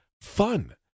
fun